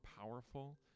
powerful